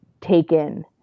taken